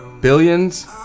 Billions